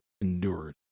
endured